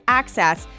access